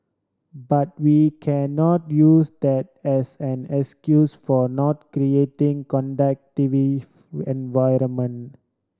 but we cannot use that as an excuse for not creating conducive environment